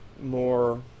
more